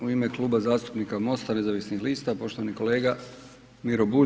U ime Kluba zastupnika MOST-a, nezavisnih lista poštovani kolega Miro Bulj.